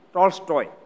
Tolstoy